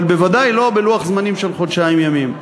אבל בוודאי לא בלוח זמנים של חודשיים ימים,